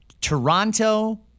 Toronto